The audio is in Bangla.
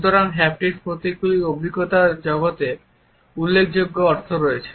সুতরাং হ্যাপটিক প্রতীকগুলির অভিজ্ঞতার জগতে উল্লেখযোগ্য অর্থ রয়েছে